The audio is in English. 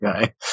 guy